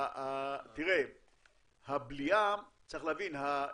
צריך להבין,